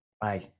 Bye